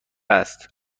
است